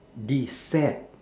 deceit